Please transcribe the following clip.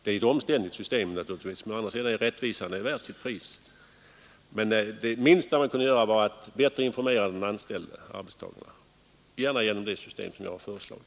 Det är ett omständligt system naturligtvis, men å andra sidan är rättvisan värd sitt pris. Det minsta man kunde göra vore att bättre informera den anställde — arbetstagaren — gärna genom det system jag har föreslagit.